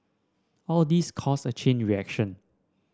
all these cause a chain reaction